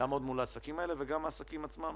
לעמוד מול העסקים האלה, וגם העסקים עצמם